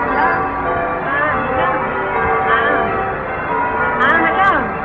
hello ହଁ hello ହଁ ହଁ ହ୍ୟାଲୋ